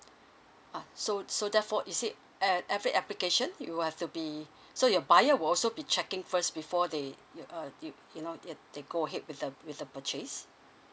ah so so therefore is it eh every application you will have to be so your buyer will also be checking first before they you uh you you know they they go ahead with the with the purchase